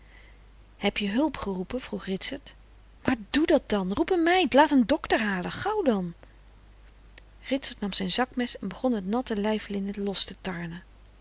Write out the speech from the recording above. heb je hulp geroepen vroeg ritsert maar doe dat dan roep een meid laat een docter halen gauw dan ritsert nam zijn zakmes en begon het natte lijflinnen los te tarnen